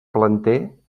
planter